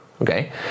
okay